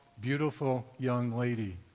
beautiful young lady.